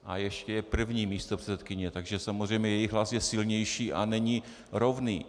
A ještě je první místopředsedkyně, takže samozřejmě jejich hlas je silnější a není rovný.